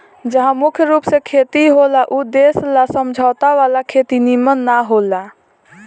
जहा मुख्य रूप से खेती होला ऊ देश ला समझौता वाला खेती निमन न होला